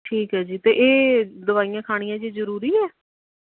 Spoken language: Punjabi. ਠੀਕ ਹੈ ਜੀ ਅਤੇ ਇਹ ਦਵਾਈਆਂ ਖਾਣੀਆਂ ਜੀ ਜ਼ਰੂਰੀ ਹੈ